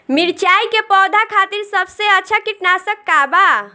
मिरचाई के पौधा खातिर सबसे अच्छा कीटनाशक का बा?